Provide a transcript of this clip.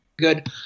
good